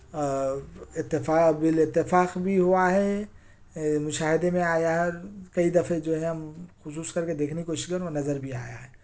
اور اتفاق بالاتفاق بھی ہُوا ہے مشاہدے میں آیا ہے کئی دفعے جو ہے ہم کوشش کر کے دیکھنے کی کوشش کئے نظر بھی آیا ہے